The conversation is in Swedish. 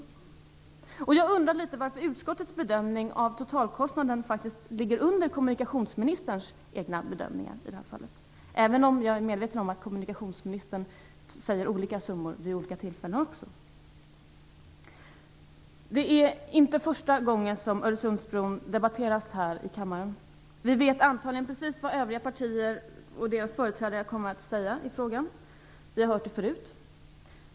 Jag undrar varför utskottets bedömning av totalkostnaden ligger under kommunikationsministerns egna bedömningar i det här fallet, även om jag är medveten om att kommunikationsmininstern anger olika summor vid olika tillfällen. Det är inte första gången som Öresundsbron debatteras här i kammaren. Vi vet antagligen alla precis vad övriga partiers företrädare kommer att säga - vi har hört det förut.